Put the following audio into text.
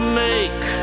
make